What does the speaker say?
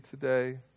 today